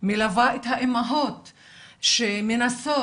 מלווה את האימהות שמנסות,